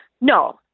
No